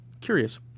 curious